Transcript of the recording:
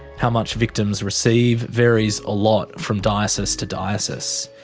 how much victims receive varies a lot from diocese to diocese.